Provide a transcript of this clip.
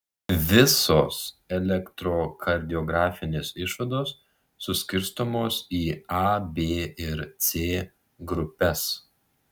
visos elektrokardiografinės išvados suskirstomos į a b ir c grupes